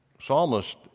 psalmist